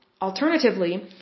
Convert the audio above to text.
Alternatively